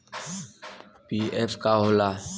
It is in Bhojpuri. पी.एफ का होला?